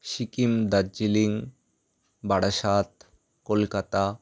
Sikkim Darjeeling Barasat Kolkata